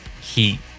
heat